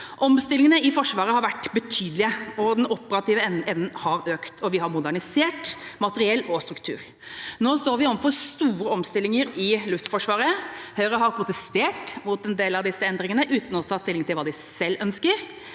Omstillingene i Forsvaret har vært betydelige, den operative evnen har økt, og vi har modernisert materiell og struktur. Nå står vi overfor store omstillinger i Luftforsvaret. Høyre har protestert mot en del av disse endringene uten å ta stilling til hva de selv ønsker